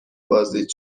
بازدید